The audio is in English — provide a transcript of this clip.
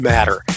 Matter